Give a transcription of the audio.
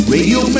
Radio